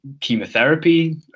chemotherapy